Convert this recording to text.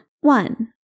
One